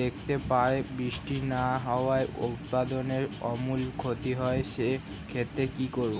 দেখতে পায় বৃষ্টি না হওয়ায় উৎপাদনের আমূল ক্ষতি হয়, সে ক্ষেত্রে কি করব?